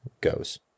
goes